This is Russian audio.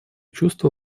чувство